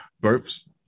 births